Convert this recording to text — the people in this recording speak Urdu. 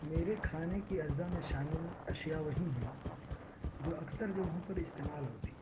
میرے کھانے کی اجزاء میں شامل اشیاء وہی ہیں جو اکثر جگہوں پراستعمال ہوتی ہیں